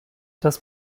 das